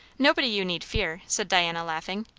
nobody you need fear, said diana, laughing.